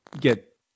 get